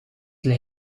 lig